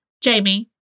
Jamie